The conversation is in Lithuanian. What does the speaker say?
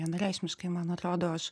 vienareikšmiškai man atrodo aš